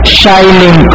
shining